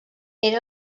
era